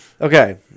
Okay